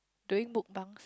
doing mukbangs